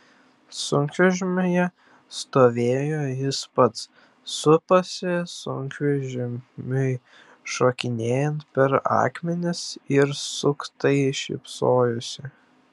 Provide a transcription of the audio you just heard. sunkvežimyje stovėjo jis pats suposi sunkvežimiui šokinėjant per akmenis ir suktai šypsojosi